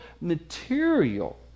material